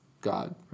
God